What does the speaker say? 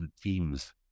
team's